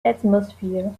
atmosphere